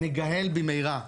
נגאל במהרה.